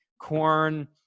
corn